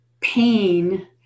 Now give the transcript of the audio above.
pain